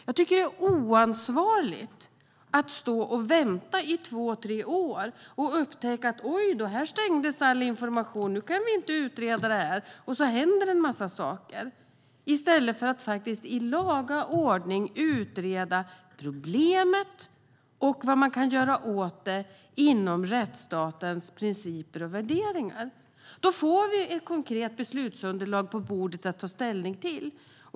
Jag tycker att det är oansvarigt att vänta i två tre år och sedan upptäcka att oj då, här stängdes all information, nu kan vi inte utreda det, och så händer en massa saker, i stället för att i laga ordning utreda problemet och vad man kan göra åt det inom rättsstatens principer och värderingar. Då får vi ett konkret beslutsunderlag att ta ställning till.